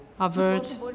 avert